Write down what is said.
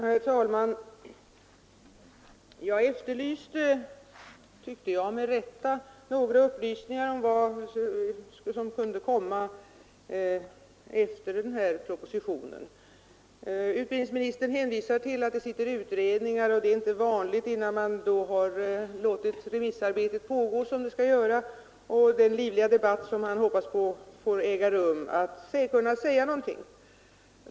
Herr talman! Jag efterlyste — med rätta, tyckte jag — upplysningar om vad som kunde komma efter den här propositionen. Utbildningsministern hänvisade till att det pågår utredningar och att det inte är vanligt att man gör uttalanden innan remissarbetet och den livliga debatt som man hoppas på kommit till stånd.